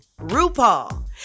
RuPaul